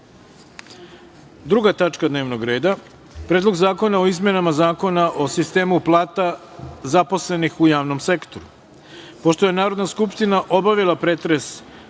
tačka dnevnog reda – Predlog zakona o izmenama Zakona o sistemu plata zaposlenih u javnom sektoru. Pošto je Narodna skupština obavila pretres